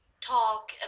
talk